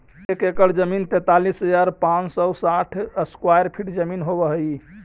एक एकड़ जमीन तैंतालीस हजार पांच सौ साठ स्क्वायर फीट जमीन होव हई